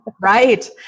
Right